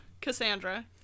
Cassandra